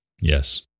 Yes